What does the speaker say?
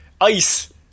Ice